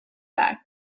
back